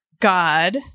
God